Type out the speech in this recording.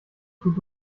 tut